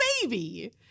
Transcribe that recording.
baby